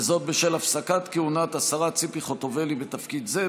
וזאת בשל הפסקת כהונת השרה ציפי חוטובלי בתפקיד זה,